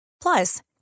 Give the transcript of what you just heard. Plus